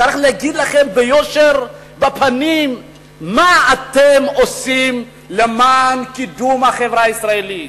צריך להגיד לכם ביושר בפנים מה אתם עושים למען קידום החברה הישראלית.